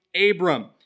Abram